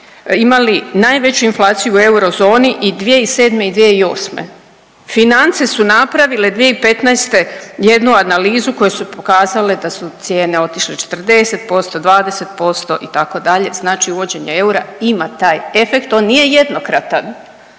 imali najveću inflaciju u Eurozoni i 2007. i 2008.. Finance su napravile 2015. jednu analizu koju su pokazale da su cijene otišle 40%, 20% itd., znači uvođenje eura ima taj efekt, on nije jednokratan,